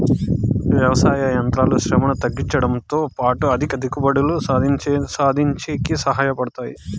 వ్యవసాయ యంత్రాలు శ్రమను తగ్గించుడంతో పాటు అధిక దిగుబడులు సాధించేకి సహాయ పడతాయి